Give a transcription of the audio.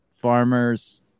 farmers